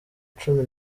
cumi